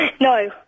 No